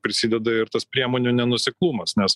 prisideda ir tas priemonių nenuoseklumas nes